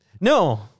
No